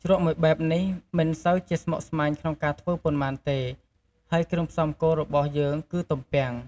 ជ្រក់មួយបែបនេះមិនសូវជាស្មុគស្មាញក្នុងការធ្វើប៉ុន្មានទេ ហើយគ្រឿងផ្សំគោលរបស់យើងគឺទំពាំង។